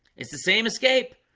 it's the same escape.